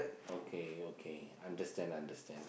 okay okay understand understand